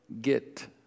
get